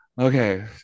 Okay